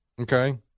Okay